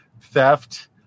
theft